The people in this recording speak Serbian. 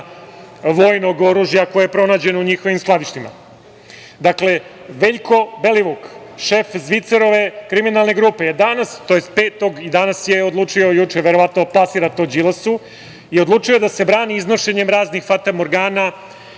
vojnog oružja koje je pronađeno u njihovim skladištima. Dakle, Veljko Belivuk, šef Zvicerove kriminalne grupe je danas, tj. 5. jula i danas je odlučio, juče verovatno plasira to Đilasu, i odlučio da se brani iznošenjem raznih fatamorgana